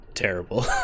terrible